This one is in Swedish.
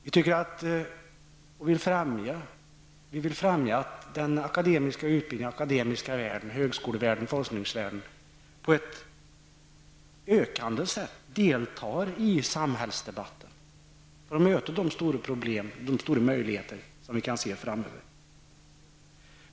Jag vill framhålla att den akademiska utbildningen, akademiska världen, högskolevärlden och forskningsvärlden på ett mer omfattande sätt måste delta i samhällsdebatten för att möta de stora problem och möjligheter som kan finnas framöver.